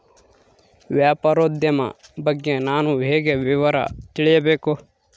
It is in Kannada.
ವ್ಯಾಪಾರೋದ್ಯಮ ಬಗ್ಗೆ ನಾನು ಹೇಗೆ ವಿವರ ತಿಳಿಯಬೇಕು?